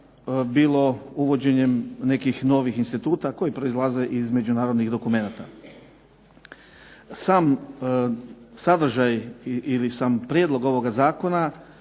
bilo uvođenjem nekih novih instituta koji proizlaze iz međunarodnih dokumenata. Sam sadržaj ili sam prijedlog ovoga zakona